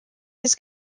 his